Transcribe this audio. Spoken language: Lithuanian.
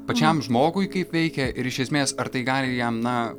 pačiam žmogui kaip veikia ir iš esmės ar tai gali jam na